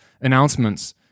announcements